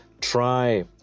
try